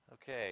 okay